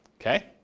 Okay